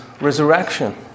resurrection